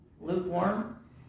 lukewarm